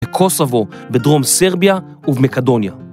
‫בקוסבו, בדרום סרביה ובמקדוניה.